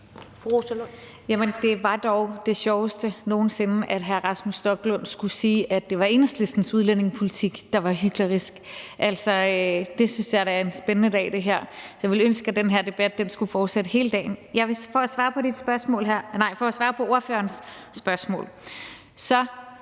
det var dog det sjoveste nogen sinde, at hr. Rasmus Stoklund skulle sige, at det var Enhedslistens udlændingepolitik, der var hyklerisk. Altså, jeg synes da, at det her er en spændende dag. Jeg ville ønske, at den her debat skulle fortsætte hele dagen. Jeg vil for at svare på ordførerens spørgsmål